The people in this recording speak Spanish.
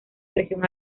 presión